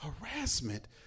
harassment